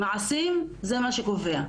מעשים - זה מה שקובע.